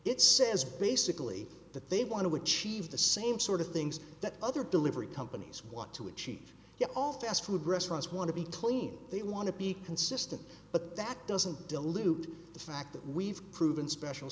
it says basically that they want to achieve the same sort of things that other delivery companies want to achieve all fast food restaurants want to between they want to be consistent but that doesn't dilute the fact that we've proven special